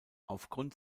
aufgrund